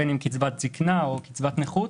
בין אם קצבת זקנה או קצבת נכות,